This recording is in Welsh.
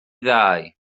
ddau